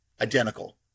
Identical